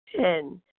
Ten